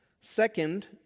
Second